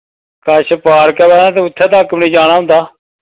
कश पार्क ऐ मड़ा तूं उत्थै तक बी निं जाना होंदा